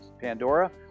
Pandora